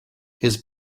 his